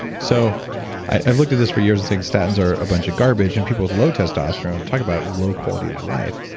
so i've looked at this for years, and these statins are a bunch of garbage and people with low testosterone talk about low quality of life.